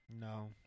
No